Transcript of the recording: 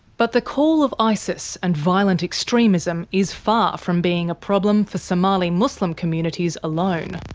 but the call of isis and violent extremism is far from being a problem for somali muslim communities alone.